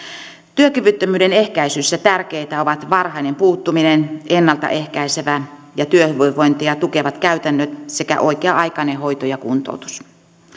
työkyvyttömyyden ehkäisyssä tärkeitä ovat varhainen puuttuminen ennalta ehkäisevät ja työhyvinvointia tukevat käytännöt sekä oikea aikainen hoito ja kuntoutus